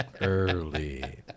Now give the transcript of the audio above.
early